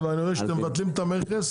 אבל אני רואה שאתם מבטלים את המכס,